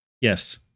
Yes